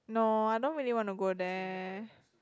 no I don't really wanna go there